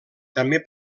també